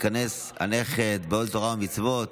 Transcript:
בהיכנס הנכד בעול תורה ומצוות.